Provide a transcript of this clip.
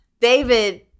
David